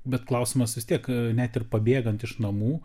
bet klausimas vis tiek net ir pabėgant iš namų